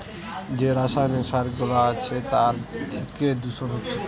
যে রাসায়নিক সার গুলা আছে তার থিকে দূষণ হচ্ছে